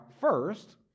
first